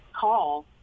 call